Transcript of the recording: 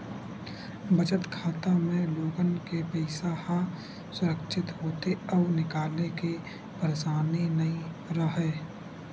बचत खाता म लोगन के पइसा ह सुरक्छित होथे अउ निकाले के परसानी नइ राहय